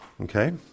Okay